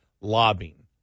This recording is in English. lobbying